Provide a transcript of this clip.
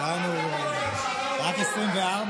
היינו בשבע ברכות של בן צור.